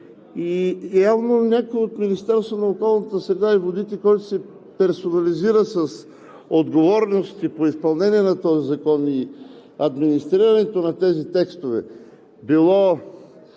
и явно някой от Министерството на околната среда и водите, който се персонализира с отговорности по изпълнение на този закон и администрирането на тези текстове, било